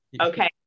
Okay